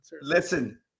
Listen